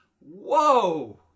Whoa